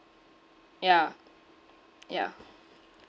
yeah yeah